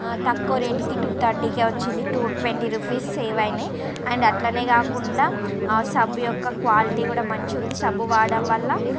తక్కువ రేట్కి టూ థర్టీకే వచ్చింది టు ట్వంటీ రూపీస్ సేవ్ అయినాయి అండ్ అట్లనే కాకుండా ఆ సబ్బు యొక్క క్వాలిటీ కూడా మంచిగా ఉంది సబ్బు వాడడం వల్ల